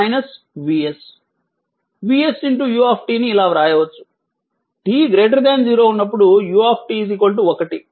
vs u ని ఇలా వ్రాయవచ్చు t 0 ఉన్నప్పుడు u 1